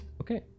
Okay